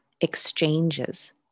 exchanges